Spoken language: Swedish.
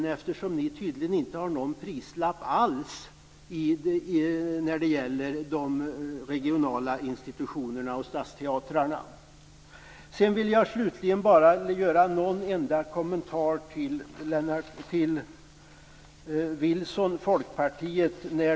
Ni moderater har tydligen ingen prislapp alls när det gäller de regionala institutionerna och stadsteatrarna. Jag vill också rikta mig till Carl-Johan Wilson och Folkpartiet.